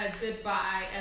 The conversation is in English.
goodbye